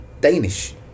Danish